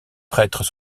prêtres